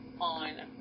on